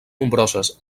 nombroses